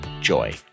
joy